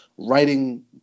writing